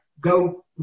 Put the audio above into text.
go